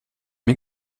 mir